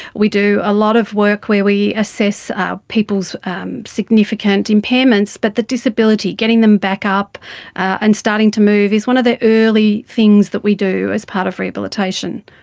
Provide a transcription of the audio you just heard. we do a lot of work where we assess people's um significant impairments, but the disability, getting them back up and starting to move is one of the early things that we do as part of rehabilitation.